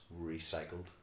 recycled